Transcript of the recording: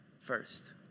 first